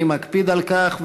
אני מקפיד על כך,